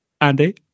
Andy